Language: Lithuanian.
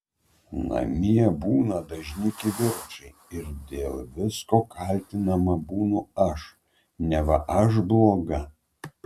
namie būna dažni kivirčai ir dėl visko kaltinama būnu aš neva aš bloga